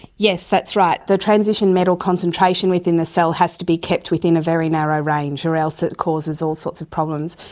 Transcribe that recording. yes, that's right. the transition metal concentration within the cell has to be kept within a very narrow range or else it causes all sorts of problems.